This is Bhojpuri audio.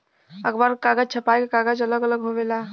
अखबार क कागज, छपाई क कागज अलग अलग होवेला